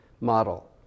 model